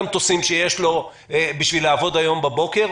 המטוסים שיש לו בשביל לעבוד היום בבוקר,